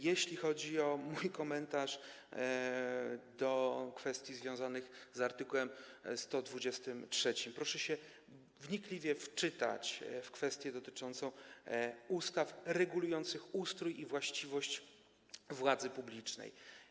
Jeśli chodzi o mój komentarz do kwestii związanych z art. 123, proszę się wnikliwie wczytać w kwestię dotyczącą ustaw regulujących ustrój i właściwość władzy publicznej.